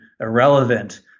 irrelevant